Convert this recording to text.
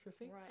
right